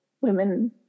women